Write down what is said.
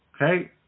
Okay